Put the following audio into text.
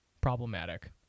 problematic